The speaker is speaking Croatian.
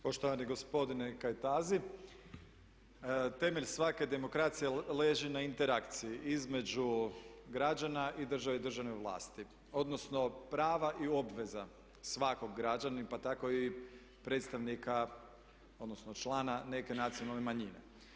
Poštovani gospodine Kajtazi, temelj svake demokracije leži na interakciji između građana i države i državne vlasti, odnosno prava i obveza svakog građanina pa tako i predstavnika, odnosno člana neke nacionalne manjine.